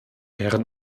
herren